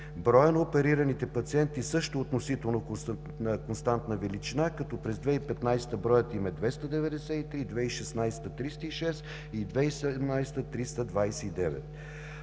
Броят на оперираните пациенти също е относително константна величина, като през 2015 г. броят им е 293, 2016 г. – 306, и 2017 г.